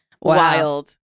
Wild